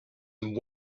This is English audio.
and